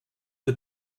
but